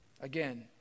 Again